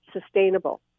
sustainable